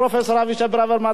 פרופסור אבישי ברוורמן,